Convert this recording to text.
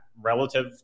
relative